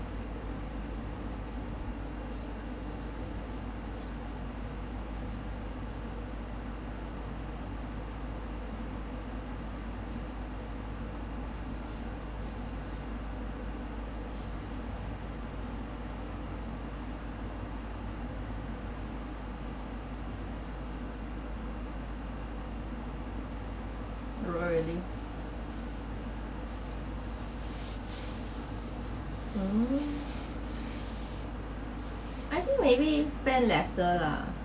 really mm I think maybe spend lesser lah